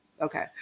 Okay